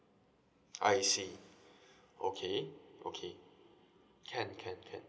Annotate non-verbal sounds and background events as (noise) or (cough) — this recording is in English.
I see (breath) okay okay can can can